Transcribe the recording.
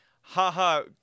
haha